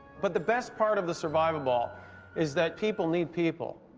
but the best part of the survivaball is that people need people.